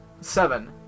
seven